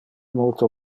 multo